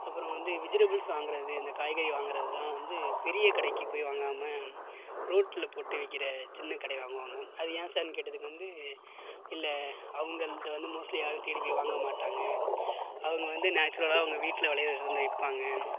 அப்புறம் வந்து விஜிடபுள்ஸ் வாங்குகிறது இந்த காய்கறி வாங்குகிறதுலாம் வந்து பெரிய கடைக்குப் போய் வாங்காமல் ரோட்டில் போட்டு விற்கிற சின்ன கடையில் வாங்குவாங்க அது ஏன் சார்னு கேட்டதுக்கு வந்து இல்லை அவங்கள்த வந்து மோஸ்ட்லி யாரும் தேடி போய் வாங்க மாட்டாங்க அவங்க வந்து நேச்சுரலாக அவங்க வீட்டில் விளையிறத வந்து விற்பாங்க